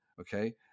Okay